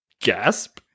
gasp